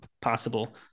possible